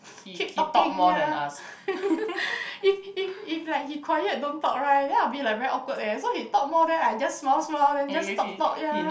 keep talking ya if if if like he quiet don't talk right then I'll be very awkward leh so he talk more then I just smile smile then just talk talk ya